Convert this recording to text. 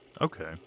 Okay